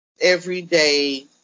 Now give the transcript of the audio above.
everyday